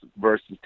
versus